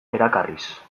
erakarriz